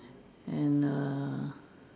and err